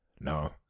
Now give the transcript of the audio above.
No